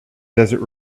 desert